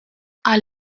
qal